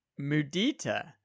mudita